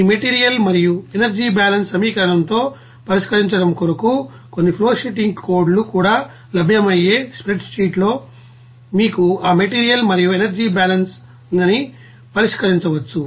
ఈ మెటీరియల్ మరియు energy balance సమీకరణంతో పరిష్కరించడం కొరకు కొన్ని ఫ్లోషీటింగ్ కోడ్ లు కూడా లభ్యం అయ్యే స్ప్రెడ్ షీట్ లో మీరు ఆ మెటీరియల్ మరియు ఎనర్జీ బ్యాలెన్స్ని పరిష్కరించవచ్చు